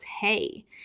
Hey